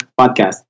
podcast